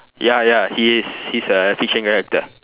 ya ya he is he's a fiction character